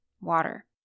water